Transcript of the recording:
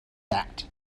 that